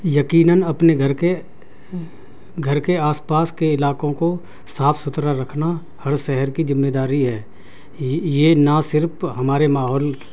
یقیناً اپنے گھر کے گھر کے آس پاس کے علاقوں کو صاف ستھرا رکھنا ہر شہر کی ذمے داری ہے یہ نہ صرف ہمارے ماحول